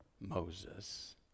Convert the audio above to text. Moses